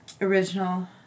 original